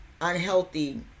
unhealthy